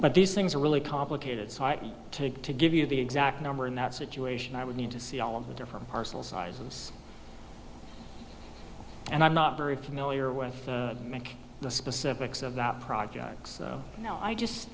but these things are really complicated so i took to give you the exact number in that situation i would need to see all of the different parcels sizes and i'm not very familiar with the specifics of the projects so you know i just